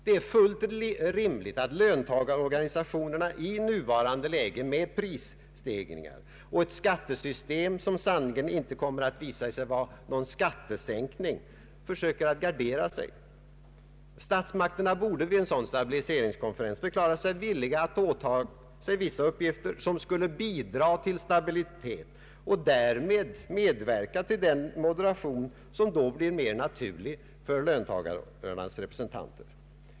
Det är fullt rimligt att löntagarorganisationerna i nuvarande läge med prisstegringar och ett skattesystem som sannerligen inte kommer att visa sig vara någon skattesänkning försöker att gardera sig. Statsmakterna borde vid en sådan stabiliseringskonferens förklara sig villiga att åta sig vissa uppgifter, som skulle bidra till stabilitet och därmed medverka till den moderation som då blir mer naturlig för löntagarnas representanter.